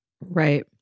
Right